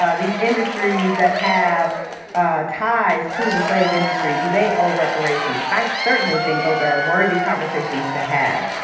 ah these industries that have ah ties to the slave industry, do they owe reparations? i certainly think those are worthy conversations to have.